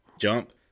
jump